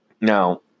Now